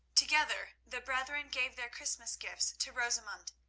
together the brethren gave their christmas gifts to rosamund.